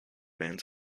bands